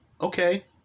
Okay